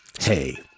Hey